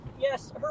Yes